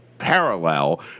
parallel